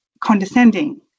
condescending